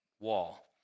wall